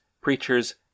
preachers